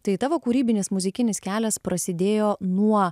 tai tavo kūrybinis muzikinis kelias prasidėjo nuo